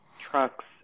trucks